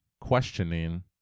questioning